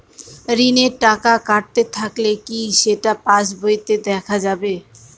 ঋণের টাকা কাটতে থাকলে কি সেটা পাসবইতে দেখা যাবে?